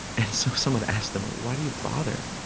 and so someone asked them, ah why do you bother?